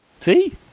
See